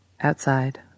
Outside